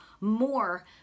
more